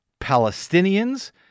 Palestinians